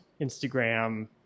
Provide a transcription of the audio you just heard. Instagram